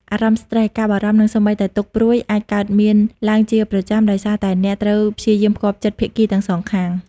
អារម្មណ៍ស្ត្រេស ការបារម្ភ និងសូម្បីតែទុក្ខព្រួយអាចកើតមានឡើងជាប្រចាំ ដោយសារតែអ្នកត្រូវព្យាយាមផ្គាប់ចិត្តភាគីទាំងសងខាង។